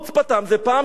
זו פעם שנייה,